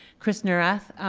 chris neurath,